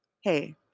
hey